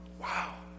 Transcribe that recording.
Wow